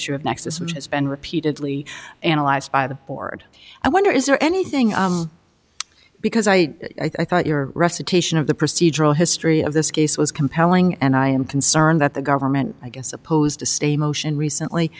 issue of nexus which has been repeatedly analyzed by the board i wonder is there anything because i i thought your recitation of the procedural history of this case was compelling and i am concerned that the government i guess opposed to stay motion recently